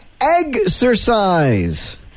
exercise